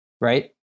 right